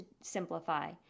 simplify